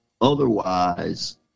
otherwise